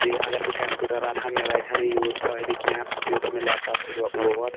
بیٚیہِ اَگر بہٕ کَمپیٚوٗٹر اَنہٕ ہا مےٚ واتہِ ہا نہٕ ٖیوٗت فٲیدٕ کیٚنٛہہ یوٗتاہ مےٚ لیٚپ ٹاپ سۭتۍ ووٚت